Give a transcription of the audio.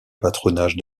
patronage